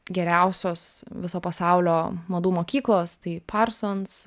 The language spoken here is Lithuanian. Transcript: geriausios viso pasaulio madų mokyklos tai parsons